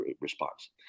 response